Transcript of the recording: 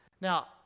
Now